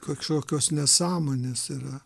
kažkokios nesąmonės yra